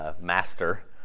master